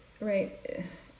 right